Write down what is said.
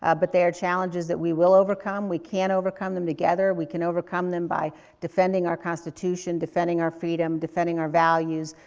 ah but they are challenges that we will overcome. we can overcome them together. we can overcome them by defending our constitution, defending our freedom, defending our values.